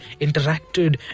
interacted